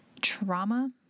trauma